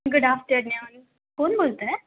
good afternoon कोण बोलतं आहे